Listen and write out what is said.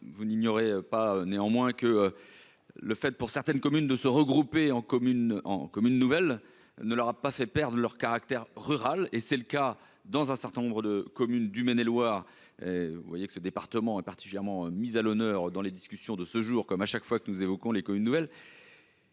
vous n'ignorez pas néanmoins que le fait pour certaines communes de se regrouper en commune en comme une nouvelle ne leur a pas fait perdent leur caractère rural et c'est le cas dans un certain nombre de communes du Maine-et-Loire, vous voyez que ce département est particulièrement mis à l'honneur dans les discussions de ce jour, comme à chaque fois que nous évoquons les une nouvelle.